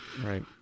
Right